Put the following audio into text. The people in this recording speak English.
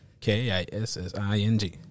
k-i-s-s-i-n-g